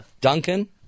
Duncan